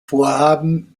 vorhaben